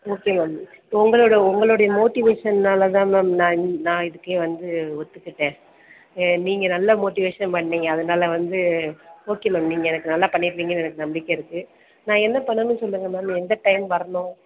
okay ma'am உங்களோடய உங்களுடைய மோட்டிவேஷன்னால் தான் மேம் நான் நான் இதுக்கே வந்து ஒத்துக்கிட்டேன் நீங்கள் நல்லா மோட்டிவேஷன் பண்ணீங்க அதனால் வந்து ஓகே மேம் நீங்கள் எனக்கு நல்லா பண்ணிடுவீங்கன்னு எனக்கு நம்பிக்கை இருக்குது நான் என்ன பண்ணணும்ன்னு சொல்லுங்கள் மேம் எந்த டைம் வரணும்